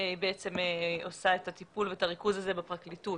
עושה את הטיפול והריכוז הזה בפרקליטות.